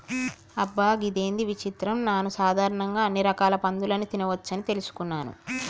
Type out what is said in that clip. అబ్బ గిదేంది విచిత్రం నాను సాధారణంగా అన్ని రకాల పందులని తినవచ్చని తెలుసుకున్నాను